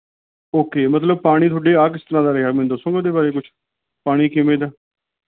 okay ਮਤਲਬ ਪਾਣੀ ਤੁਹਾਡੇ ਆ ਕਿਸ ਤਰ੍ਹਾਂ ਦਾ ਰਿਹਾ ਮੈਨੂੰ ਦੱਸੋ ਉਹਦੇ ਬਾਰੇ ਕੁਛ ਪਾਣੀ ਕਿਵੇਂ ਦਾ